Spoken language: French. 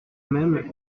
même